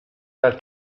dal